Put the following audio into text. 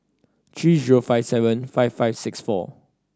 three zero five seven five five six four